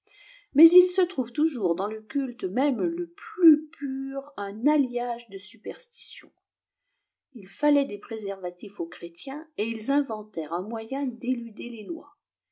mais il se trouve toujours dans le culte même le plus pur un alliage de superstition il fallait des préservatifs aux chrétiens et ils inventèrent un moyen d'éluder les lois